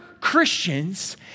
Christians